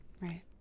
Right